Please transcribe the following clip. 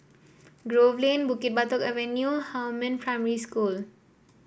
Grove Lane Bukit Batok Avenue Huamin Primary School